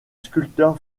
sculpteur